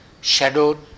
shadowed